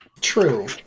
True